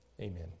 amen